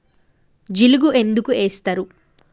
జిలుగు ఎందుకు ఏస్తరు?